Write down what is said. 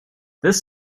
this